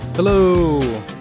Hello